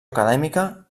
acadèmica